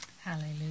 Hallelujah